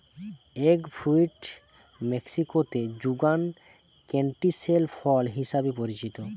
egg fruit মেক্সিকোতে যুগান canistel ফল হিসেবে পরিচিত